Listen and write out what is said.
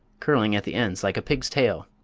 curling at the ends like a pig's tail.